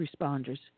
responders